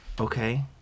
okay